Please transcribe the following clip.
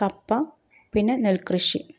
കപ്പ പിന്നെ നെൽകൃഷി